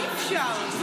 מתן,